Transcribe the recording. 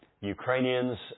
Ukrainians